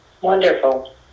Wonderful